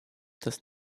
dass